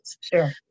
sure